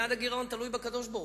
יעד הגירעון תלוי בקדוש-ברוך-הוא,